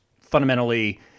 fundamentally